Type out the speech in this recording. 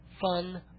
fun